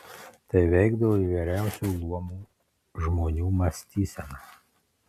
tai veikdavo įvairiausių luomų žmonių mąstyseną